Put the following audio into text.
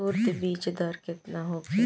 उरद बीज दर केतना होखे?